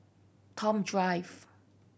Toh Drive